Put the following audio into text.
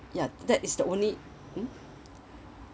ya that is the only mm